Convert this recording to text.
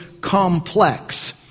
complex